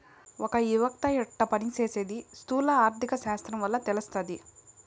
ఒక యవస్త యెట్ట పని సేసీది స్థూల ఆర్థిక శాస్త్రం వల్ల తెలస్తాది